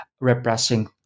repressing